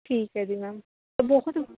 ਠੀਕ ਹੈ ਜੀ ਮੈਮ ਬਹੁਤ